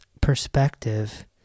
perspective